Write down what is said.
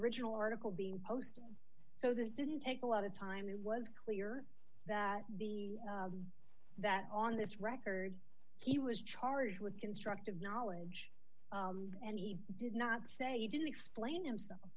original article being posted so this didn't take a lot of time it was clear that he that on this record he was charged with constructive knowledge and he did not say you didn't explain himself